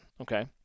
okay